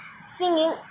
singing